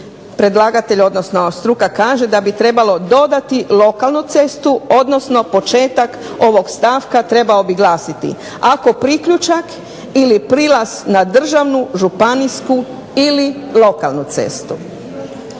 predlagatelj, odnosno struka kaže da bi trebalo dodati lokalnu cestu, odnosno početak ovog stavka trebao bi glasiti ako priključak ili prilaz na državnu, županijsku ili lokalnu cestu.